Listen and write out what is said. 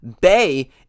Bay